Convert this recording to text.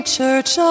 Church